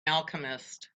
alchemist